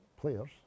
players